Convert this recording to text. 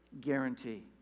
guarantee